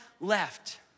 left